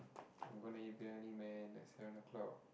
I'm gonna eat biryani man at seven o-clock